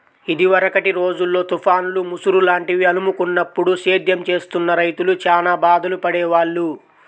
ఇదివరకటి రోజుల్లో తుఫాన్లు, ముసురు లాంటివి అలుముకున్నప్పుడు సేద్యం చేస్తున్న రైతులు చానా బాధలు పడేవాళ్ళు